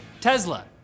Tesla